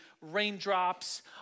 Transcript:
raindrops